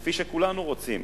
כפי שכולנו רוצים.